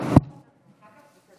קובע שהצעת